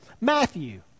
Matthew